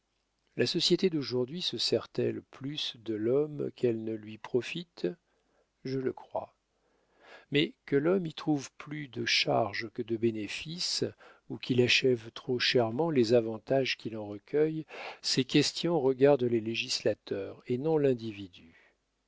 la société d'aujourd'hui se sert-elle plus de l'homme qu'elle ne lui profite je le crois mais que l'homme y trouve plus de charges que de bénéfices ou qu'il achète trop chèrement les avantages qu'il en recueille ces questions regardent le législateur et non l'individu